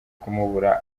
kumubura